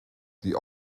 die